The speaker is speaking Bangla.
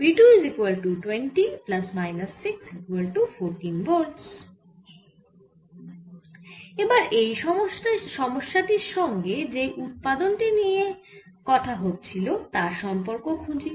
এবার এই সমস্যা টির সঙ্গে যেই উপপাদন টি তোমরা দেখেছিলে তার সম্পর্ক খুঁজি